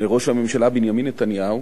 לראש הממשלה בנימין נתניהו